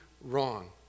wrong